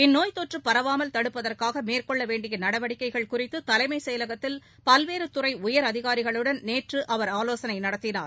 இந்நோய் தொற்று பரவாமல் தடுப்பதற்காக மேற்கொள்ள வேண்டிய நடவடிக்கைகள் குறித்து தலைமை செயலகத்தில் பல்வேறு துறை உயர் அதிகாரிகளுடன் நேற்று அவர் ஆலோசனை நடத்தினார்